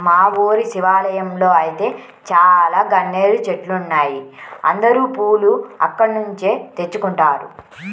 మా ఊరి శివాలయంలో ఐతే చాలా గన్నేరు చెట్లున్నాయ్, అందరూ పూలు అక్కడ్నుంచే తెచ్చుకుంటారు